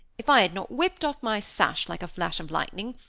if i had not whipped off my sash like a flash of lightning,